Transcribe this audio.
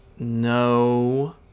no